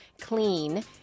clean